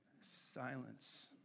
Silence